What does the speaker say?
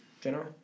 General